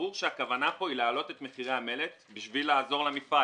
ברור שהכוונה פה היא להעלות את מחירי המלט בשביל לעזור למפעל,